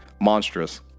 monstrous